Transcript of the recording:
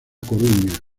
coruña